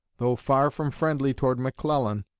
though far from friendly toward mcclellan,